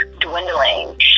dwindling